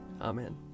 Amen